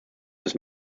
his